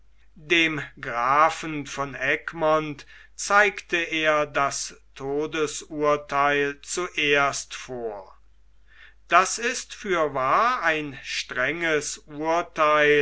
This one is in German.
dem grafen von egmont zeigte er das todesurteil zuerst vor das ist fürwahr ein strenges